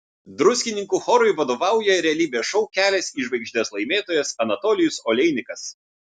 druskininkų chorui vadovauja realybės šou kelias į žvaigždes laimėtojas anatolijus oleinikas